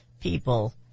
people